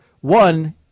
one